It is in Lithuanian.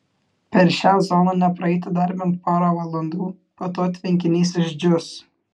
per šią zoną nepraeiti dar bent porą valandų po to tvenkinys išdžius